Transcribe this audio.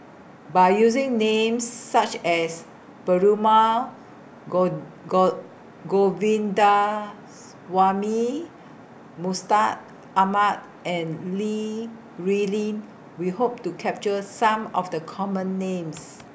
By using Names such as Perumal got got Govindaswamy Mustaq Ahmad and Li Rulin We Hope to capture Some of The Common Names